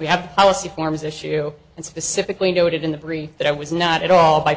we have policy forms issue and specifically noted in the brief that i was not at all by